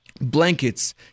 blankets